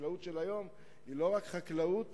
והחקלאות של היום היא לא רק חקלאות